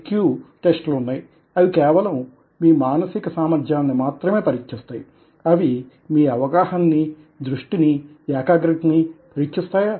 queue టెస్ట్లున్నాయి అవి కేవలం మీ మానసిక సామర్ద్యాలని మాత్రమే పరీక్షిస్తాయి అవి మీ అవగాహనని దృష్టినీఏకాగ్రతని పరీక్షిస్తాయా